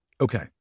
Okay